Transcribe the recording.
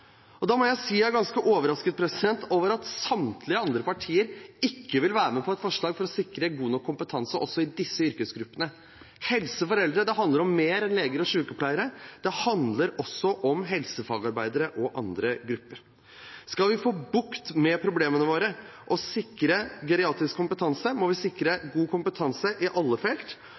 Da må jeg si jeg er ganske overrasket over at samtlige andre partier ikke vil være med på et forslag for å sikre god nok kompetanse også i disse yrkesgruppene. Helse for eldre handler om mer enn leger og sykepleiere, det handler også om helsefagarbeidere og andre grupper. Skal vi få bukt med problemene våre og sikre geriatrisk kompetanse, må vi sikre god kompetanse i alle felt.